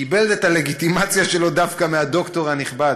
קיבל את הלגיטימציה דווקא מהדוקטור הנכבד,